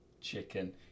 Chicken